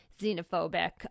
xenophobic